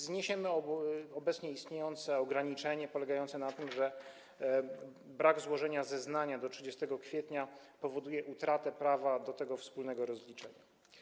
Zniesiemy obecnie istniejące ograniczenie polegające na tym, że niezłożenie zeznania do 30 kwietnia powoduje utratę prawa do tego wspólnego rozliczenia.